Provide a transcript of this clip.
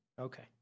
Okay